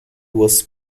was